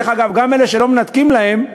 דרך אגב, גם אלה שלא מנתקים להם,